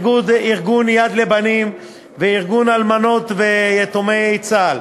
ארגון "יד לבנים" וארגון אלמנות ויתומי צה"ל,